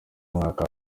mwaka